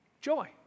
Joy